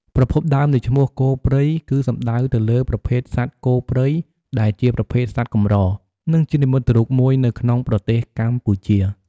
ប្រភពដើមនៃឈ្មោះ "គោព្រៃ" គឺសំដៅទៅលើប្រភេទសត្វគោព្រៃដែលជាប្រភេទសត្វកម្រ និងជានិមិត្តរូបមួយនៅក្នុងប្រទេសកម្ពុជា។